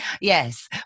yes